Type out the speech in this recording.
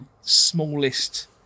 Smallest